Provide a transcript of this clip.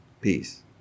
Peace